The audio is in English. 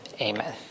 Amen